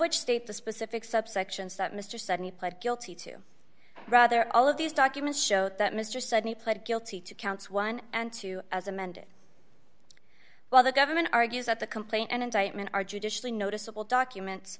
which state the specific subsections that mr suddenly pled guilty to rather all of these documents show that mr suddenly pled guilty to counts one and two as amended while the government argues that the complaint and indictment are judicially noticeable documents